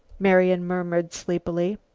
marian murmured sleepily.